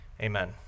Amen